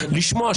לשמוע,